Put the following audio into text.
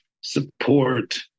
support